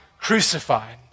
crucified